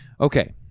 Okay